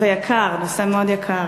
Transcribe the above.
ויקר, נושא מאוד יקר.